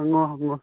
ꯍꯪꯉꯣ ꯍꯪꯉꯣ